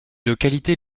localités